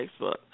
Facebook